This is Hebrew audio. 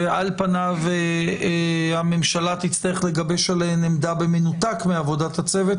שעל פניו הממשלה תצטרך לגבש עליהן עמדה במנותק מעבודת הצוות,